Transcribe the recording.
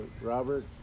Robert